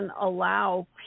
allow